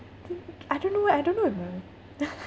think I don't know eh I don't know have uh